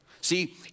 See